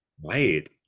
Wait